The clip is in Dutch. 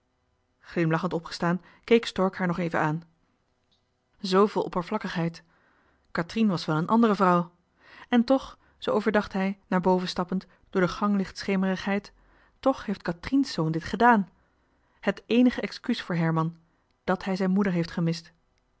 glimlachend opgestaan keek stork haar nog even aan zveel oppervlakkigheid kathrien was wel een andere vrouw en toch zoo overdacht hij naar boven stappend door de ganglicht schemerigheid toch heeft kathrien's zoon dit gedaan het éénige excuus voor herman dàt hij zijn moeder heeft gemist